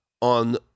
on